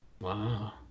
wow